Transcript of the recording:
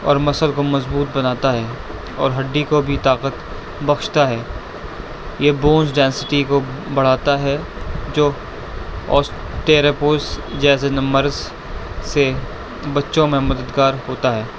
اور مسل کو مضبوط بناتا ہے اور ہڈی کو بھی طاقت بخشتا ہے یہ بونس ڈینسٹی کو بڑھاتا ہے جو اوسٹیراپوس جیسے امراض سے بچوں میں مددگار ہوتا ہے